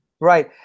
right